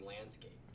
landscape